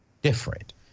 different